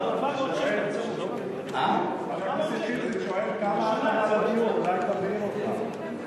חבר הכנסת שטרית שואל כמה הטבה בדיור, אולי, אותך.